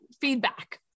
feedback